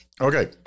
Okay